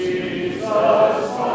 Jesus